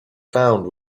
found